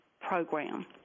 program